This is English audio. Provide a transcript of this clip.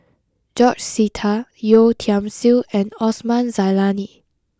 George Sita Yeo Tiam Siew and Osman Zailani